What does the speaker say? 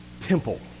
temple